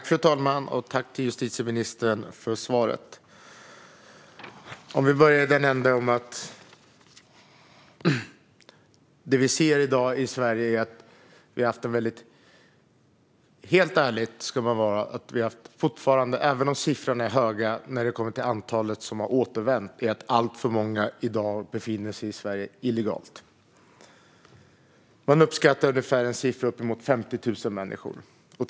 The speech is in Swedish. Fru talman! Tack, justitieministern, för svaret! Vi kan börja i den änden att det, helt ärligt, är alltför många som i dag befinner sig i Sverige illegalt, även om siffrorna när det kommer till det antal som har återvänt är höga. Man uppskattar att siffran är uppemot 50 000 människor.